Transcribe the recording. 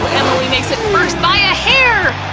emily makes it first by a hair!